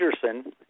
peterson